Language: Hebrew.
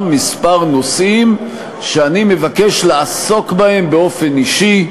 נושאים שאני מבקש לעסוק בהם באופן אישי,